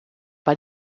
bei